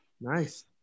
Nice